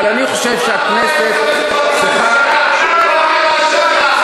אבל אני חושב שהכנסת צריכה, לא,